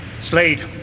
slade